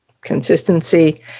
consistency